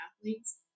athletes